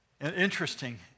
Interesting